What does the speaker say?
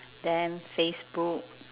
them facebook